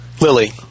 Lily